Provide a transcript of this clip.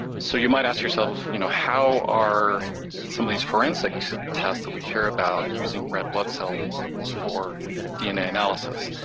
so you might ask yourself, you know, how are some of these forensic tests that we hear about using red blood so cells for dna analysis?